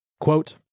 Quote